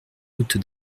route